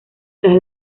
tras